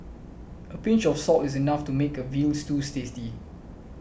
a pinch of salt is enough to make a Veal Stew tasty